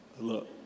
Look